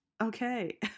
okay